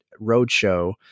roadshow